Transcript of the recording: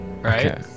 right